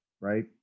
Right